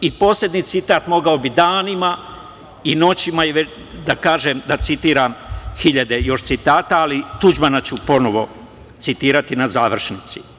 I poslednji citat, mogao bih danima i noćima da citiram još hiljade citata, ali Tuđmana ću ponovo citirati na završnici.